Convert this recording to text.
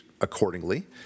accordingly